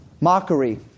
Mockery